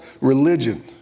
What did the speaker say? religion